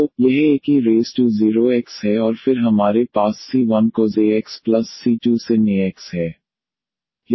तो यह एक e0x है और फिर हमारे पास c1cos ax c2sin ax है